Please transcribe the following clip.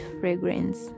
fragrance